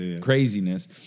craziness